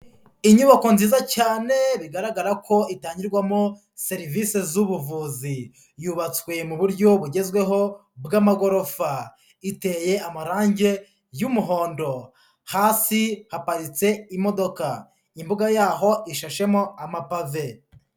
Inyubako nziza cyane bigaragara ko itangirwamo serivisi z'ubuvuzi, yubatswe mu buryo bugezweho bw'amagorofa, iteye amarangi y'umuhondo, hasi haparitse imodoka, imbuga yaho ishashemo amapave.